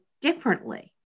differently